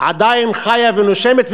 עדיין חיות ונושמות,